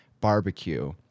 barbecue